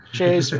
Cheers